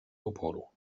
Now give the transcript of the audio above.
oporu